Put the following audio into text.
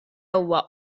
huwa